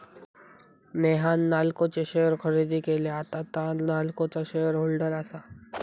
नेहान नाल्को चे शेअर खरेदी केले, आता तां नाल्कोचा शेअर होल्डर आसा